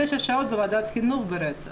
תשע שעות בוועדת החינוך ברצף.